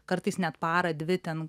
kartais net parą dvi ten